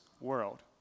world